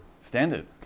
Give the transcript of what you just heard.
Standard